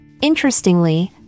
interestingly